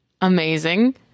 Amazing